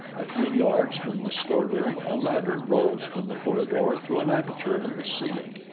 a few yards from the storeroom a ladder rose from the corridor through an aperture in the ceiling.